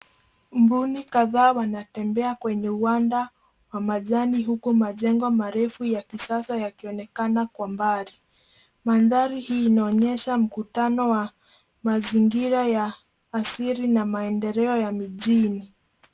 Mbuni kadhaa wanatembea kwenye wanda wa majani huku majengo marefu ya kisasa yakionekana kwa mbali. Mandhari hii inaonyesha mkutano wa mazingira ya asili na maendeleo ya mijini.